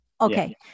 okay